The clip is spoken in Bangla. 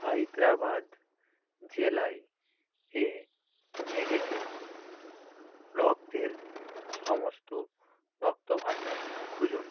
হায়দ্রাবাদ জেলায় এ নেগেটিভ রক্তের সমস্ত রক্ত ভাণ্ডার খুঁজুন